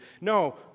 No